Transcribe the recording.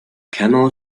camel